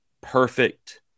perfect